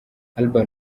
urban